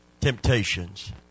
temptations